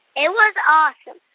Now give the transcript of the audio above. it was awesome.